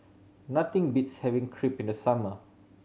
nothing beats having Crepe in the summer